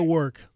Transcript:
work